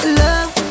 love